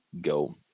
go